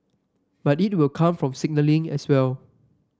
but it will come from signalling as well